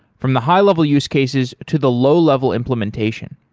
from the high-level use cases to the low-level implementation.